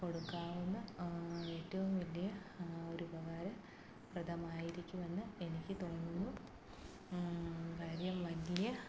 കൊടുക്കാവുന്ന ഏറ്റവും വലിയ ഒരു ഉപകാരം പ്രദമായിരിക്കുമെന്ന് എനിക്ക് തോന്നുന്നു കാര്യം വലിയ